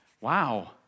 wow